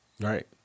right